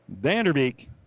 Vanderbeek